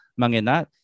Mangenat